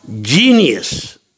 genius